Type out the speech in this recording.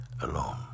alone